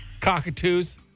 cockatoos